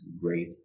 great